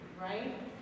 right